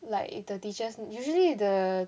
like if the teachers usually the